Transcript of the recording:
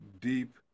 deep